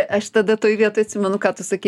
aš tada toj vietoj atsimenu ką tu sakei